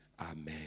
Amen